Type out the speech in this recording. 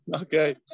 Okay